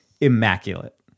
immaculate